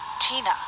Tina